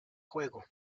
juego